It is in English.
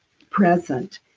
present.